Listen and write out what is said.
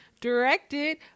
directed